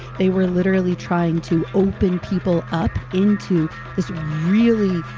they were literally trying to open people up into this really